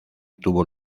tuvo